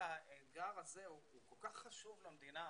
כל האתגר הזה הוא כל כך חשוב למדינה,